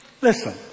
listen